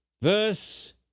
verse